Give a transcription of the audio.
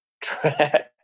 track